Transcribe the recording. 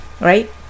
right